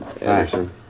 Anderson